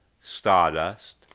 Stardust